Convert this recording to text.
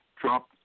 Trump